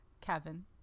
Kevin